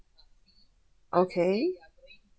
okay